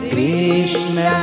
Krishna